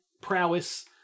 prowess